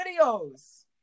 videos